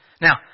Now